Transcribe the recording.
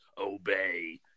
Obey